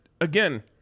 again